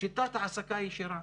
שיטת העסקה ישירה,